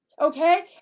Okay